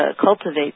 cultivate